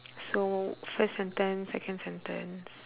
so first sentence second sentence